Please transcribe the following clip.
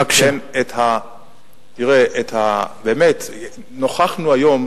תראה, באמת נוכחנו היום